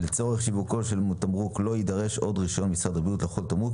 לצורך שיווקו של תמרוק לא יידרש עוד רישיון משרד הבריאות לכל תמרוק,